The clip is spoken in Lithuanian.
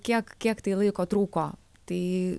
kiek kiek laiko trūko tai